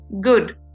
good